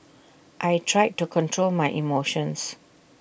I tried to control my emotions